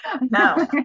No